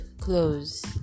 clothes